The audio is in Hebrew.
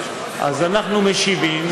אז אנחנו משיבים,